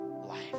life